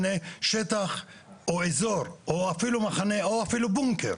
שטח או איזור או אפילו מחנה או אפילו בונקר,